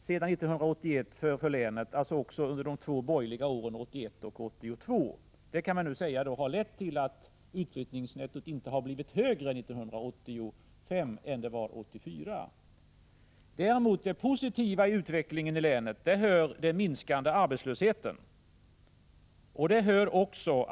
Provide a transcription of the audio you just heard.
1985/86:104 också under de två borgerliga åren 1981 och 1982. Man kan nu säga att dethar = 1 april 1986 lett till att utflyttningsnettot inte har blivit högre 1985 än det var 1984.